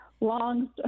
long